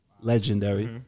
legendary